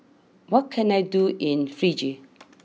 what can I do in Fiji